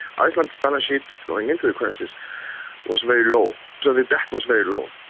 iceland's balance sheet going into the crisis was very low, so the debt was very low.